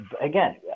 Again